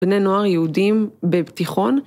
בני נוער יהודים בפתיחון.